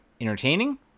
entertaining